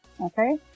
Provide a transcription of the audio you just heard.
okay